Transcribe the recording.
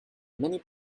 many